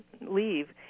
leave